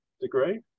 degree